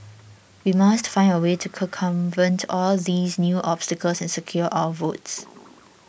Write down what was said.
we must find a way to circumvent all these new obstacles and secure our votes